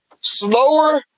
slower